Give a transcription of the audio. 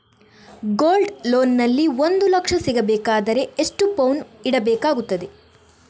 Gold loan ನಲ್ಲಿ ಒಂದು ಲಕ್ಷ ಸಿಗಬೇಕಾದರೆ ಎಷ್ಟು ಪೌನು ಇಡಬೇಕಾಗುತ್ತದೆ?